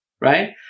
right